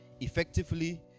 effectively